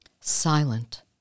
Silent